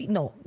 no